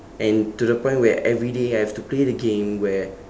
and to the point where every day I have to play the game where